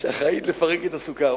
שאחראית לפירוק הסוכר.